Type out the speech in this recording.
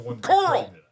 Coral